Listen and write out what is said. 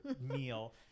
meal